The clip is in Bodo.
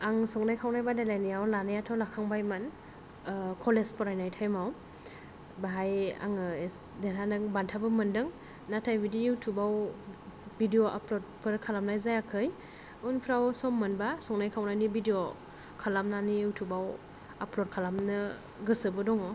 आं संनाय खावनाय बादायलायनायाव लानायाथ' लाखांबायमोन कलेज फरायनाय थाइमाव बाहाय आङो देरहानानै बान्थाबो मोन्दों नाथाय बिदि इउथुबाव भिडिअ आपलडफोर खालामनाय जायाखै उनफोराव सम मोनबा संनाय खावनायनि भिडिअ खालामनानै इउथुबाव आपलड खालामनायनो गोसोबो दङ